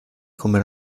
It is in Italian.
come